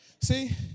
See